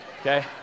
Okay